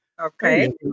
okay